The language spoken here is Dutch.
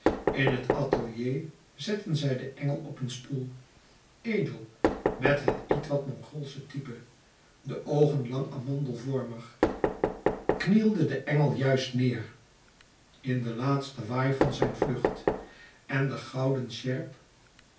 in het atelier zetten zij den engel op een stoel edel met het ietwat mongoolsche type de oogen lang amandelvorig knielde de engel juist neêr in den laatsten waai van zijn vlucht en de gouden sjerp